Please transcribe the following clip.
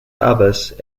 others